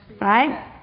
Right